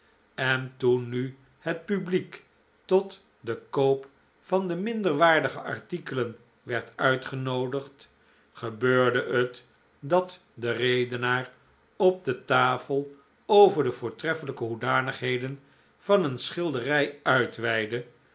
en toen nu het publiek tot den koop van de minderwaardige artikelen werd uitgenoodigd gebeurde het dat de redenaar op de tafel over de voortreffelijke hoedanigheden van een schilderij uitweidde